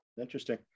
Interesting